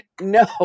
no